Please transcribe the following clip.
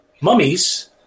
mummies